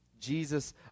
Jesus